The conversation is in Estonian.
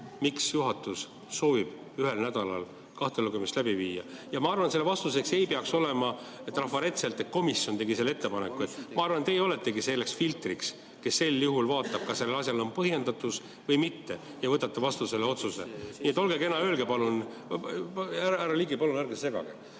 miks juhatus soovib ühel nädalal kahte lugemist läbi viia. Ma arvan, et selleks vastuseks ei peaks olema trafaretselt, et komisjon tegi selle ettepaneku. Ma arvan, et teie oletegi selleks filtriks, kes sel juhul vaatab, kas sellel asjal on põhjendatus või mitte, ja võtate vastu selle otsuse. Nii et olge kena ja öelge palun ... Härra Ligi, palun ärge segage!